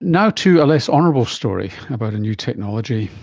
now to a less honourable story about a new technology,